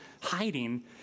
hiding